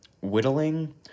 whittling